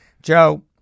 Joe